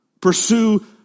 Pursue